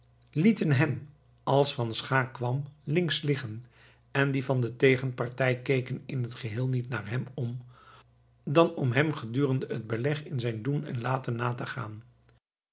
lieten hem als van schaeck kwam links liggen en die van de tegenpartij keken in het geheel niet naar hem om dan om hem gedurende het beleg in zijn doen en laten na te gaan